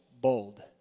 bold